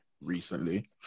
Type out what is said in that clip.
recently